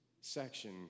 section